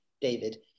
David